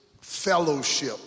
fellowship